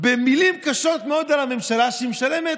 שתיים אני מעניק